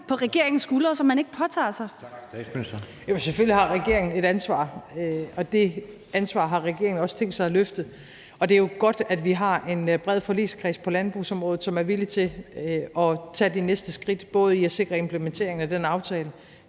Frederiksen): Jo, selvfølgelig har regeringen et ansvar, og det ansvar har regeringen også tænkt sig at løfte. Og det er jo godt, at vi har en bred forligskreds på landbrugsområdet, som er villig til at tage de næste skridt både i forhold til at sikre implementeringen af den aftale,